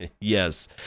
Yes